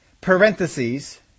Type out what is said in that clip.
parentheses